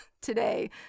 today